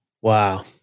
Wow